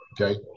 Okay